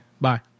bye